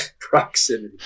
Proximity